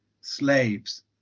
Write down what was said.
slaves